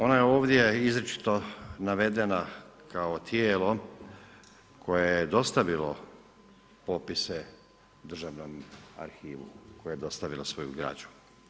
Ona je ovdje izričito navedena kao tijelo koje je dostavilo popise državnom arhivu, koje je dostavilo svoju građu.